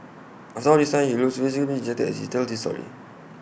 after all this time he still looks visibly dejected as he tells this story